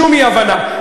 שום אי-הבנה.